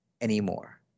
anymore